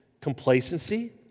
complacency